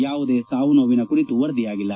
ಯಾವುದೇ ಸಾವು ನೋವಿನ ಕುರಿತು ವರದಿಯಾಗಿಲ್ಲ